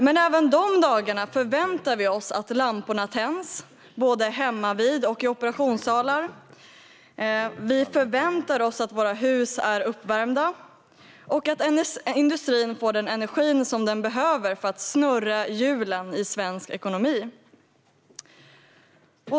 Men även de dagarna förväntar vi oss att lamporna tänds både hemmavid och i operationssalar, att våra hus är uppvärmda och att industrin får den energi den behöver för att hjulen ska snurra i svensk ekonomi.